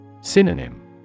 Synonym